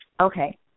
Okay